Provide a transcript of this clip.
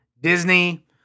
Disney